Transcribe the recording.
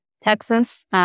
Texas